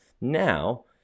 now